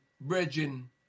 bridging